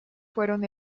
fueron